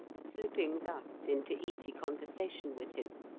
slipping thus into easy conversation with him.